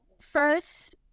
first